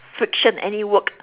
fiction any work